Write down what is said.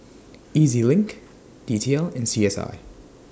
E Z LINK D T L and C S I